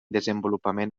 desenvolupament